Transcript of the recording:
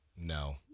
No